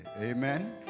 Amen